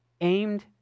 aimed